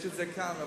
הוא כאן.